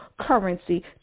currency